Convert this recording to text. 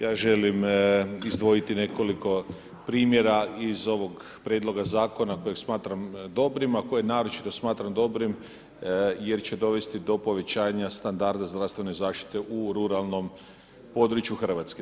Ja želim izdvojiti nekoliko primjera iz ovog prijedloga zakona kojeg smatram dobrim, a koje naročito smatram dobrim jer će dovesti do povećanja standarda zdravstvene zaštite u ruralnom području RH.